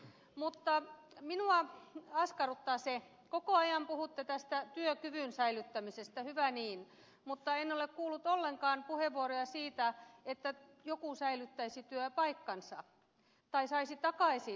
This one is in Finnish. mutta minua askarruttaa se että te koko ajan puhutte tästä työkyvyn säilyttämisestä hyvä niin mutta en ole kuullut ollenkaan puheenvuoroja siitä että joku säilyttäisi työpaikkansa tai saisi sen takaisin